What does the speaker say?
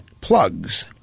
Plugs